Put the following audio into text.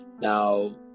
Now